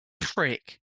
prick